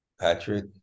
Patrick